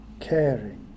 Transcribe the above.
caring